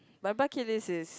my bucket list is